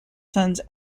sons